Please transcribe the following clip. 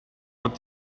what